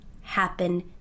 happen